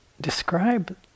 describe